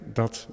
dat